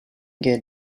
get